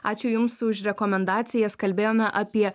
ačiū jums už rekomendacijas kalbėjome apie